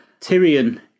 Tyrion